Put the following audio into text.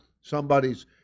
somebody's